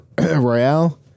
royale